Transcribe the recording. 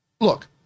look